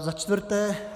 Za čtvrté.